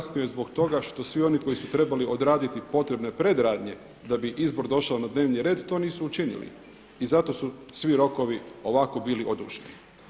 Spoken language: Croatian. Kasnio je zbog toga što svi oni koji su trebali odraditi potrebne predradnje da bi izbor došao na dnevni red to nisu učinili i zato su svi rokovi ovako bili oduženi.